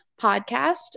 podcast